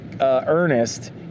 Ernest